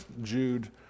Jude